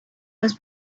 was